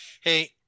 Hey